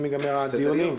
הדיונים?